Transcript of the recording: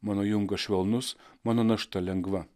mano jungas švelnus mano našta lengva